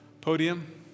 podium